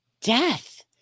death